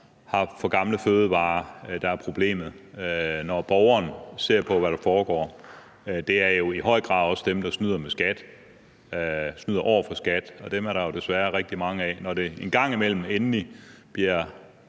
for gamle fødevarer, der er problemet, når borgeren ser, hvad der foregår. Det er jo i høj grad også dem, der snyder i forhold til skat, og dem er der jo desværre rigtig mange af. Når det engang imellem endelig kommer